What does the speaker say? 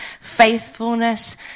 faithfulness